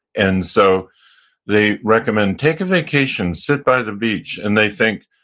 and so they recommend take a vacation, sit by the beach, and they think,